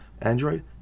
android